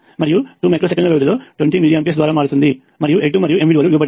మరియు 2 మైక్రో సెకన్ల వ్యవధిలో 20 మిల్లీ ఆంప్స్ ద్వారా మారుతుంది మరియు L2 మరియు M విలువలు ఇవ్వబడినవి